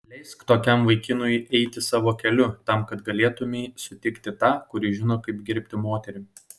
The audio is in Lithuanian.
leisk tokiam vaikinui eiti savo keliu tam kad galėtumei sutikti tą kuris žino kaip gerbti moterį